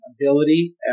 ability